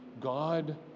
God